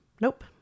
Nope